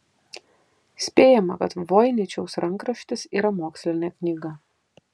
spėjama kad voiničiaus rankraštis yra mokslinė knyga